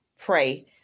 pray